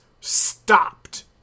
stopped